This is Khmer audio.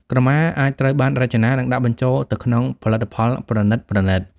ក្រមាអាចត្រូវបានរចនា និងដាក់បញ្ចូលទៅក្នុងផលិតផលប្រណីតៗ។